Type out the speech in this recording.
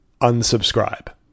Unsubscribe